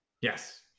Yes